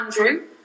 Andrew